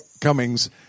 Cummings